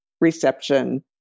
reception